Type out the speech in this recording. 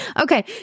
Okay